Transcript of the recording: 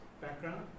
background